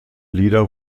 lieder